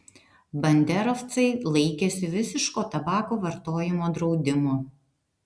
banderovcai laikėsi visiško tabako vartojimo draudimo